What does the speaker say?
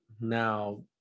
Now